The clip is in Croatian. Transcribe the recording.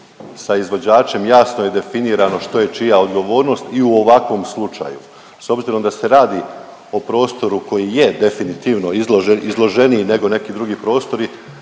sa izvođačem jasno je definirano što je čija odgovornost u ovakvom slučaju, s obzirom da se radi o prostoru koji je definitivno izloženiji nego neki drugi prostori,